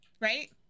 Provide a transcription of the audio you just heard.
Right